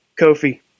Kofi